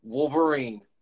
Wolverine